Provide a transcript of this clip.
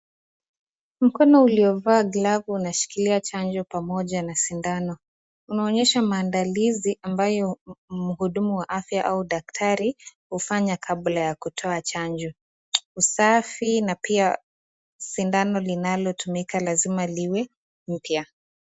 Mkono uliovaa glavu unashikilia chanjo pamoja na sindano. Unaonyesha maandalizi ambayo mhudumu wa afya au daktari hufanya kabla ya kutoa chanjo. Usafi na pia sindano linalotumika lazima liwe mpya.